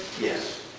Yes